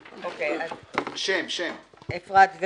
אפרת.